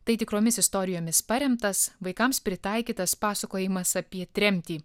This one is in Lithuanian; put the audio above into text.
tai tikromis istorijomis paremtas vaikams pritaikytas pasakojimas apie tremtį